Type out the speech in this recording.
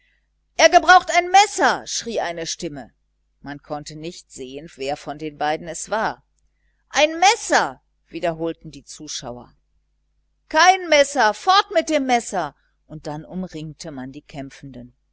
er gebraucht ein messer schrie eine stimme man konnte nicht sehen wer von den beiden es war ein messer wiederholten die zuschauer kein messer fort mit dem messer und dann umringte man die kämpfenden